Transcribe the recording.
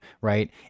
right